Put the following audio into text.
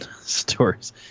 stories